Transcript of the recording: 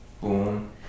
boom